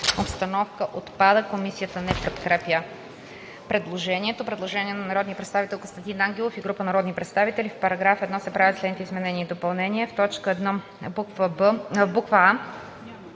обстановка – отпада.“ Комисията не подкрепя предложението. Предложение на народния представител Костадин Ангелов и група народни представители: „В параграф 1 се правят следните изменения и допълнения: 1. В т. 1: а) в б.